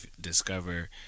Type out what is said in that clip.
discover